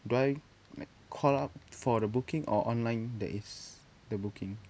do I like call up for the booking or online that is the booking